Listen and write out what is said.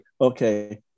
okay